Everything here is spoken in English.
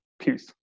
peace